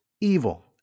evil